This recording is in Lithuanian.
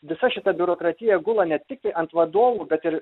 visa šita biurokratija gula ne tiktai ant vadovų bet ir